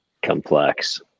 complex